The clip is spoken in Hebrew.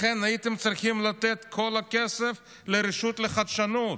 לכן הייתם צריכים לתת את כל הכסף לרשות לחדשנות,